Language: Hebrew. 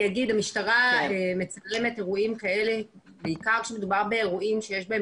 המשטרה מצלמת אירועים כאלה בעיקר כאשר מדובר באירועים שיש בהם